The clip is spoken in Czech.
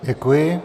Děkuji.